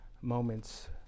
moments